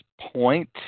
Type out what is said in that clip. point